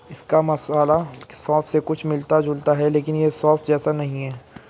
इसका मसाला सौंफ से कुछ मिलता जुलता है लेकिन यह सौंफ जैसा नहीं है